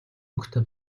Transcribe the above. өнгөтэй